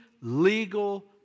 legal